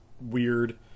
weird